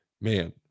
man